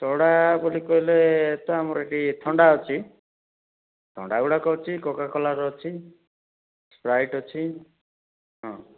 ସୋଢା ବୋଲି କହିଲେ ତ ଆମର ଏଠି ଥଣ୍ଡା ଅଛି ଥଣ୍ଡା ଗୁଡ଼ାକ ହେଉଛି କୋକାକୋଲାର ଅଛି ସ୍ପ୍ରାଇଟ୍ ଅଛି ହଁ